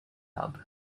hub